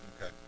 Okay